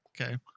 okay